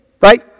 Right